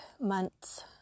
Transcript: months